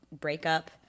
breakup